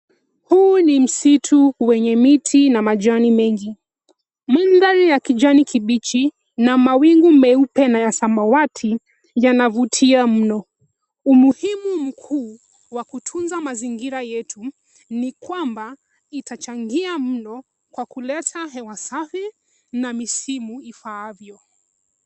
Huu ni msitu wenye miti na majani mengi. Mandhari ya kijani kibichi na mawingu meupe na ya samawati yanavutia mno. Umuhimu mkuu wa kutunza mazingira yetu ni kwamba itachangia mno kwa kuleta hewa safi na misimu ifaavyo.